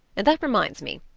and that reminds me.